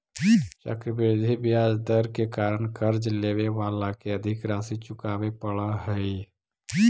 चक्रवृद्धि ब्याज दर के कारण कर्ज लेवे वाला के अधिक राशि चुकावे पड़ऽ हई